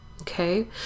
okay